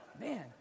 Man